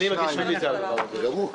אני מגיש רוויזיה על הדבר הזה.